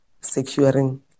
securing